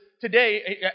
today